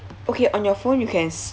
okay on your phone you can